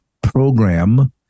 program